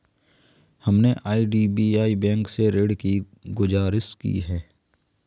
हमने IDBI bank से ऋण की गुजारिश की है